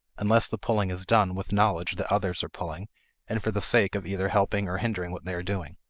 unless the pulling is done with knowledge that others are pulling and for the sake of either helping or hindering what they are doing.